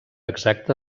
exacte